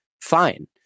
Fine